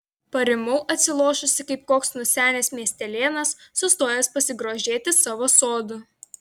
parimau atsilošusi kaip koks nusenęs miestelėnas sustojęs pasigrožėti savo sodu